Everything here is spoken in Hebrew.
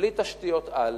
בלי תשתיות-על,